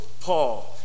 Paul